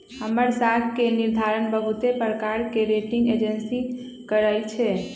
हमर साख के निर्धारण बहुते प्रकार के रेटिंग एजेंसी करइ छै